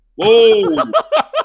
Whoa